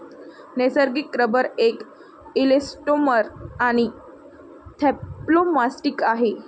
नैसर्गिक रबर एक इलॅस्टोमर आणि थर्मोप्लास्टिक आहे